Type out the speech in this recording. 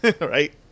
Right